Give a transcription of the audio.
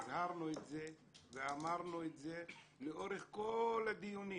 הזהרנו ואמרנו את זה לאורך כל הדיונים